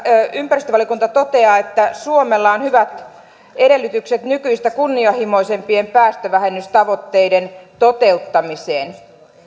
ympäristövaliokunta toteaa että suomella on hyvät edellytykset nykyistä kunnianhimoisempien päästövähennystavoitteiden toteuttamiseen